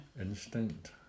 instinct